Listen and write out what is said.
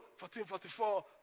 1444